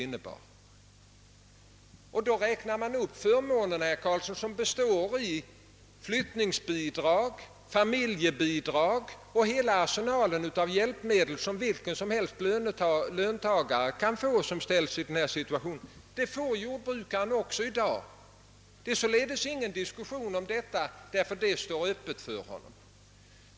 De förmåner som de hade fått i samband med övergången var flyttningsbidrag, familjebidrag och hela den övriga arsenalen av hjälpmedel, som vilken löntagare som helst kan tillgodogöra sig i samma situation. De förmånerna erhåller också jordbrukaren i dag, det är ingen diskussion om den saken.